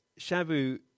Shabu